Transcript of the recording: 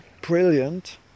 brilliant